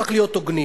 צריך להיות הוגנים.